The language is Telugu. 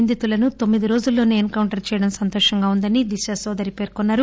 నిందితులను తొమ్మిది రోజుల్లోసే ఎన్ కౌంటర్ చేయడం సంతోషంగా ఉందని దిశ సోదరి పేర్కొన్నారు